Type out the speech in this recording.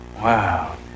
Wow